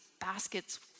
baskets